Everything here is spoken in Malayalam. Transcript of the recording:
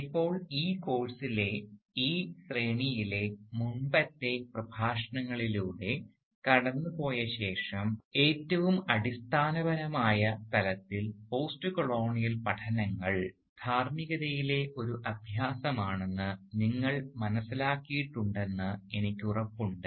ഇപ്പോൾ ഈ കോഴ്സിലെ ഈ ശ്രേണിയിലെ മുമ്പത്തെ പ്രഭാഷണങ്ങളിലൂടെ കടന്നുപോയ ശേഷം ഏറ്റവും അടിസ്ഥാനപരമായ തലത്തിൽ പോസ്റ്റ് കൊളോണിയൽ പഠനങ്ങൾ ധാർമ്മികതയിലെ ഒരു അഭ്യാസമാണെന്ന് നിങ്ങൾ മനസ്സിലാക്കിയിട്ടുണ്ടെന്ന് എനിക്ക് ഉറപ്പുണ്ട്